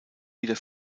wieder